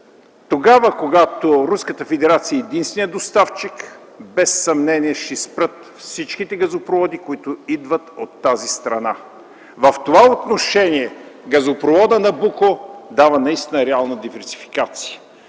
Руската федерация е единственият доставчик, без съмнение ще спрат всичките газопроводи, които идват от тази страна. В това отношение газопроводът „Набуко” дава наистина реална диверсификация.